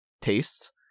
tastes